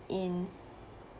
in